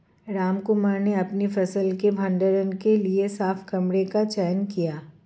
रामकुमार ने अपनी फसल के भंडारण के लिए साफ कमरे का चयन किया